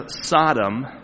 Sodom